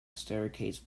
staircase